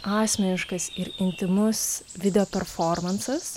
asmeniškas ir intymus videoperformansas